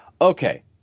okay